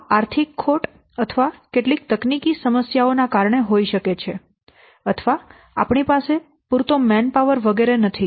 આ આર્થિક ખોટ અથવા કેટલીક તકનીકી સમસ્યાઓ ના કારણે હોઈ શકે છે અથવા આપણી પાસે પૂરતો મેન પાવર વગેરે નથી